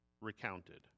recounted